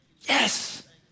yes